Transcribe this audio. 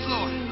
Lord